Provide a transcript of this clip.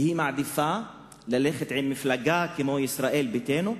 והיא מעדיפה ללכת עם מפלגה כמו ישראל ביתנו,